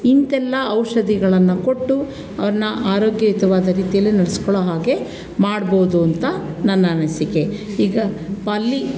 ಇಂತೆಲ್ಲ ಔಷಧಿಗಳನ್ನ ಕೊಟ್ಟು ಅವರನ್ನ ಆರೋಗ್ಯಯುತವಾದ ರೀತಿಯಲ್ಲಿ ನಡೆಸ್ಕೊಳ್ಳೋ ಹಾಗೆ ಮಾಡ್ಬೋದು ಅಂತ ನನ್ನ ಅನಿಸಿಕೆ ಈಗ ಪಲ್ಲಿ